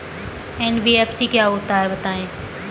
NBFC क्या होता है बताएँ?